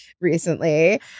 recently